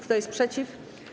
Kto jest przeciw?